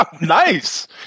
Nice